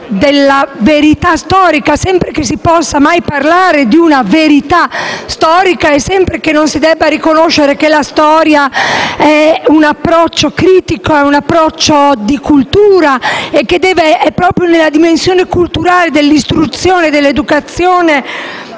della verità storica, sempre che si possa mai parlare di una verità storica e non si debba riconoscere che la storia è un approccio critico e culturale. È proprio nella dimensione culturale, dell'istruzione e dell'educazione